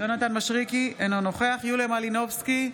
יונתן מישרקי, אינו נוכח יוליה מלינובסקי,